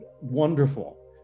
wonderful